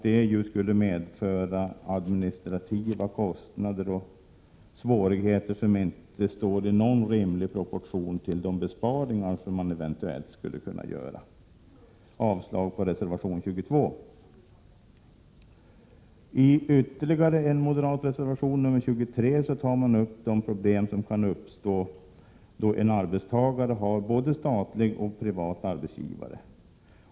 Det skulle medföra administrativa kostnader och svårigheter som inte står i rimlig proportion till de besparingar som man eventuellt skulle kunna göra. Jag yrkar avslag på reservation 22. | I ytterligare en moderat reservation, nr 23, tar man upp de problem som kan uppstå då en arbetstagare har både statlig och privat arbetsgivare.